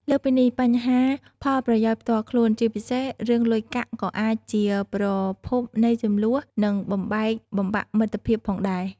លើសពីនេះ បញ្ហាផលប្រយោជន៍ផ្ទាល់ខ្លួន ជាពិសេសរឿងលុយកាក់ ក៏អាចជាប្រភពនៃជម្លោះ និងបំបែកបំបាក់មិត្តភាពផងដែរ ។